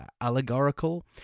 allegorical